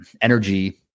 energy